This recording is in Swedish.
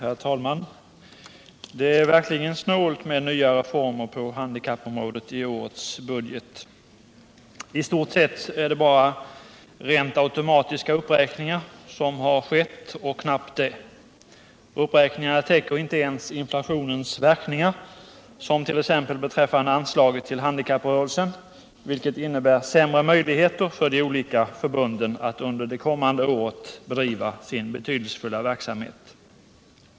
Herr talman! Det är verkligen snålt med nya reformer på handikappområdet i årets budget. I stort sett är det bara rent automatiska uppräkningar som har skett och knappt det. Uppräkningarna täcker inte ens inflationens verkningar. Det gäller t.ex. anslaget till handikapprörelsen, vilket innebär sämre möjligheter för de olika förbunden att under det kommande året bedriva sin betydelsefulla verksamhet.